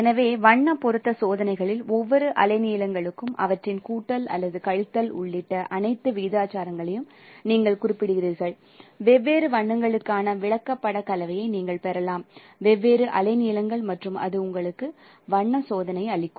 எனவே வண்ண பொருத்த சோதனைகளில் ஒவ்வொரு அலைநீளங்களுக்கும் அவற்றின் கூட்டல் அல்லது கழித்தல் உள்ளிட்ட அனைத்து விகிதாச்சாரங்களையும் நீங்கள் குறிப்பிடுகிறீர்கள் வெவ்வேறு வண்ணங்களுக்கான விளக்கப்படக் கலையை நீங்கள் பெறலாம் வெவ்வேறு அலைநீளங்கள் மற்றும் அது உங்களுக்கு வண்ண சோதனை அளிக்கும்